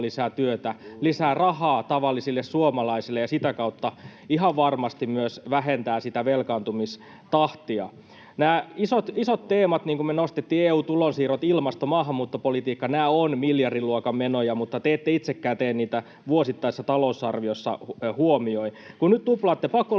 lisää työtä, lisää rahaa tavallisille suomalaisille ja sitä kautta ihan varmasti myös vähentää sitä velkaantumistahtia. Nämä isot teemat, jotka nostimme — EU:n tulonsiirrot, ilmasto, maahanmuuttopolitiikka — ovat miljardiluokan menoja, mutta te ette itsekään niitä vuosittaisessa talousarviossa huomioi. Kun nyt tuplaatte pakolaiskiintiön,